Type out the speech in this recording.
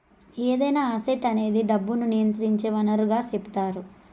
ఏదైనా అసెట్ అనేది డబ్బును నియంత్రించే వనరుగా సెపుతారు